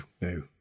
no